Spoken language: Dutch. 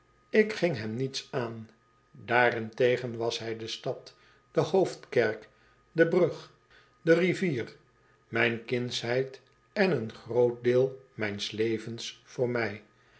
ik ging hem niets aan daarentegen was hij de stad de hoofdkerk de brug de rivier mijn kindsheid en een groot deel mijns levens voor mi